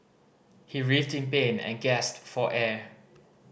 he writhed in pain and gasped for air